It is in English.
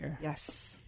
Yes